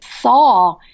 saw